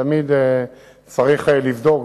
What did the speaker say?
תמיד צריך לבדוק,